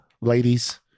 ladies